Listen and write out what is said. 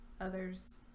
others